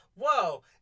whoa